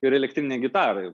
ir elektrine gitara ir